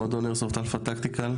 מועדון איירסופט אלפא טקטיקל,